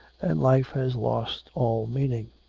and life has lost all meaning.